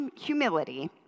humility